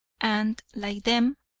and, like them,